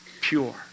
pure